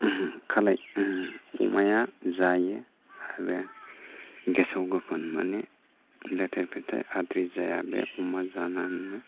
खालाय अमाया जायो आरो गेसाव गोफोन माने लेथेर फेथेर आद्रि जाया बे अमा जानानैनो